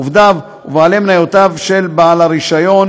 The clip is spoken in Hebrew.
עובדיו ובעלי מניותיו ושל בעל הרישיון,